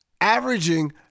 averaging